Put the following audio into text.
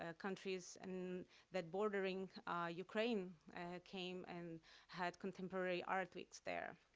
ah countries and that bordering ukraine came and had contemporary art works there.